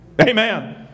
Amen